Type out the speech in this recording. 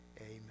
Amen